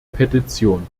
petition